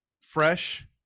fresh